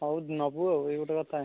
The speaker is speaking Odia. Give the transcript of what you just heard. ହଉ ନେବୁ ଆଉ ଏଇ ଗୋଟେ କଥା